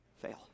Fail